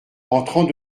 entrant